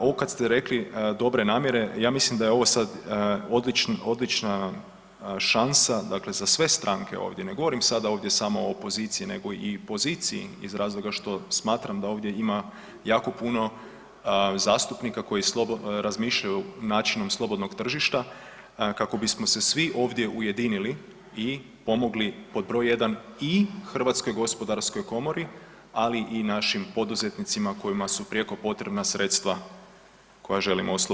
Ovo kad ste rekli dobre namjere, ja mislim da je ovo sad odlična šansa dakle za sve stranke ovdje, ne govorim sada ovdje samo o opoziciji, nego i poziciji iz razloga što smatram da ovdje ima jako puno zastupnika koji razmišljaju načinom slobodnog tržišta kako bismo se svi ovdje ujedinili i pomogli pod broj 1 i Hrvatskoj gospodarskoj komori, ali i našim poduzetnicima kojima su prijeko potrebna sredstava koja želimo osloboditi.